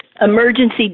Emergency